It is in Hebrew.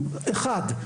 דבר אחד,